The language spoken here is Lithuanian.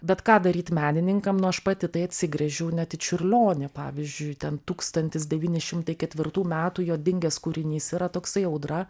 bet ką daryt menininkam nu aš pati tai atsigręžiau net į čiurlionį pavyzdžiui ten tūkstantis devyni šimtai ketvirtų metų jo dingęs kūrinys yra toksai audra